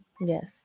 Yes